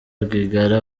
rwigara